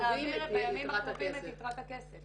בימים הקרובים את יתרת הכסף.